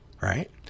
Right